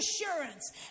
assurance